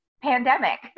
pandemic